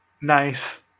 nice